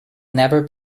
never